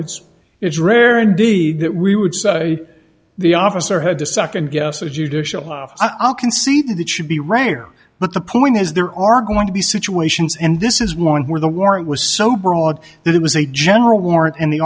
it's it's rare indeed that we would say the officer had to second guess a judicial i'll concede that it should be rare but the point is there are going to be situations and this is one where the warrant was so broad that it was a general warrant and the